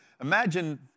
Imagine